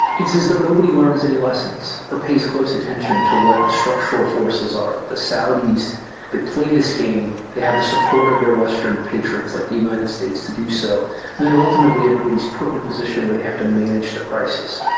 it's as though nobody learns any lessons or pays close attention to what the structural forces are, that the saudis who play this game, they have the support of their western patrons, like the united states, to do so. and then ultimately everybody is put in a position where they have to manage the crisis.